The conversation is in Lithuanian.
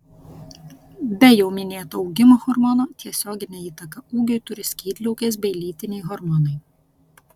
be jau minėto augimo hormono tiesioginę įtaką ūgiui turi skydliaukės bei lytiniai hormonai